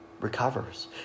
recovers